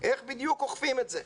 איך בדיוק אוכפים את זה?